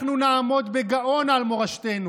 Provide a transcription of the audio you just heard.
אנחנו נעמוד בגאון על מורשתנו.